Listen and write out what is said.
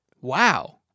Wow